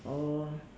oh